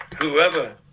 whoever